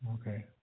okay